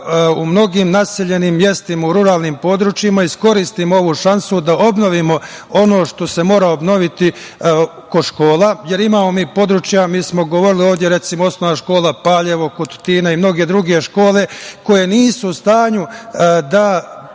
u mnogim naseljenim mestima u ruralnim područjima iskoristimo ovu šansu da obnovimo ono što se mora obnoviti oko škola. Imamo mi područja, mi smo govorili ovde, recimo OŠ „Paljevo“ kod Tutina i mnoge druge škole koje nisu u stanju da